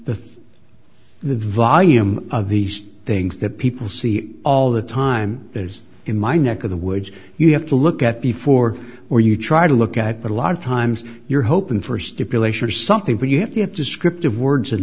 the the volume of these things that people see all the time is in my neck of the woods you have to look at before or you try to look at but a lot of times you're hoping for stipulation or something but you have descriptive words in